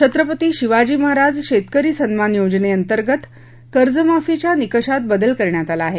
छत्रपती शिवाजीमहाराज शेतकरी सन्मान योजनेअंतर्गत कर्जमाफीच्या निकषांत बदल करण्यात आला आहे